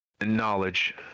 knowledge